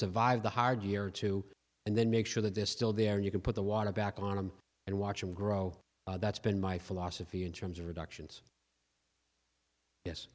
survive the hard year too and then make sure that this still there you can put the water back on and watch him grow that's been my philosophy in terms of reductions yes